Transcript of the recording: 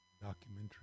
Documentary